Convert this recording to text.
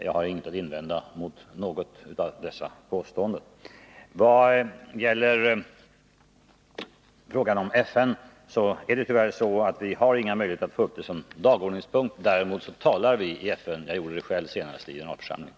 Jag har ingenting att invända mot något av dessa påståenden. Vad gäller frågan om FN är det tyvärr så att vi inte har någon möjlighet att föra upp Turkietfrågan som dagordningspunkt. Däremot talar vi i FN om detta. Jag gjorde det själv senast i generalförsamlingen.